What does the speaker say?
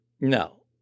No